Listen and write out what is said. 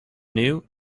new